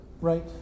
right